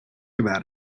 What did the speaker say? about